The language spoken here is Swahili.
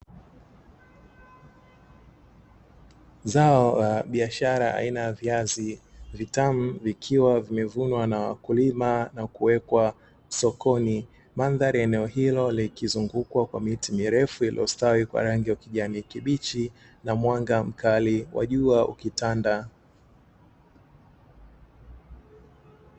Zao la biashara aina ya viazi vitamu vikiwa vimevunwa na wakulima na kuwekwa sokoni, mandhari ya eneo hilo likizungukwa kwa miti mirefu iliyostawi kwa rangi ya kijani kibichi na mwanga mkali wa jua ukitanda.